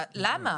למה?